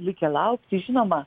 likę laukti žinoma